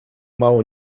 mało